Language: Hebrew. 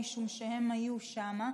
משום שהם היו שם,